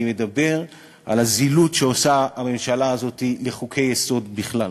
אני מדבר על הזילות שעושה הממשלה הזאת לחוקי-יסוד בכלל.